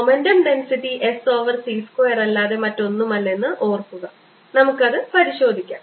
momentum density S over c square അല്ലാതെ മറ്റൊന്നുമല്ലെന്ന് ഓർക്കുക നമുക്കത് പരിശോധിക്കാം